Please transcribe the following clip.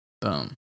Boom